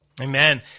Amen